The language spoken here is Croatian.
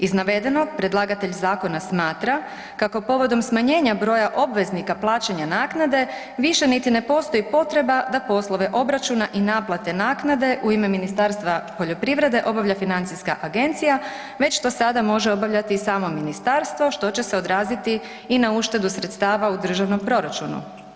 Iz navedenog predlagatelj zakona smatra kako povodom smanjenja broja obveznika plaćanja naknade više niti ne postoji potreba da poslove obračuna i naplate naknade u ime Ministarstva poljoprivrede obavlja financijska agencija, već to sada može obavljati i samo ministarstvo što će se odraziti i na uštedu sredstava u državnom proračunu.